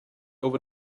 over